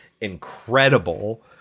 incredible